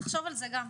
נחשוב על זה גם.